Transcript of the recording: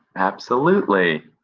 absolutely.